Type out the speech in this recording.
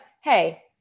hey